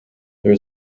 there